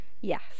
yes